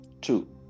Two